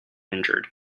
injured